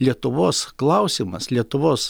lietuvos klausimas lietuvos